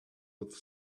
with